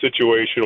situation